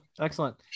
Excellent